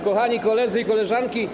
Kochani Koledzy i Koleżanki!